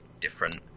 different